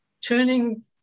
turning